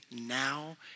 now